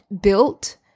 built